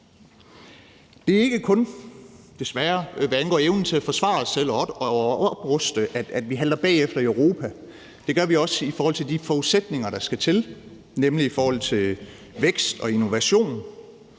desværre ikke kun, hvad angår evnen til at forsvare os selv og opruste, at vi halter bagefter i Europa. Det gør vi også i forhold til de forudsætninger, der skal til, nemlig i forhold til vækst og innovation.